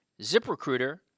ZipRecruiter